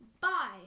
Bye